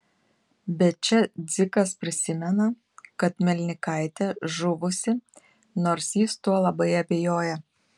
bet čia dzikas prisimena kad melnikaitė žuvusi nors jis tuo labai abejoja